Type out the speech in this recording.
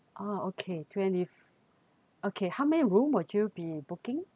ah okay twenty okay how many room would you be booking